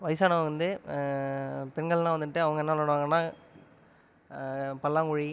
வயசானவங்க வந்து பெண்கள்லாம் வந்துவிட்டு அவங்க என்ன விளாடுவாங்கனா பல்லாங்குழி